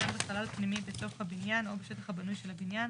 בחלל פנימי בתוך הבניין או בשטח הבנוי של הבניין,